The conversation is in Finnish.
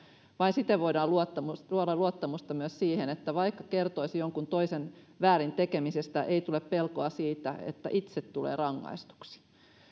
vain siten voidaan luoda luottamusta siihen että vaikka kertoisi jonkun toisen väärin tekemisestä ei tule pelkoa siitä että itse tulee rangaistuksi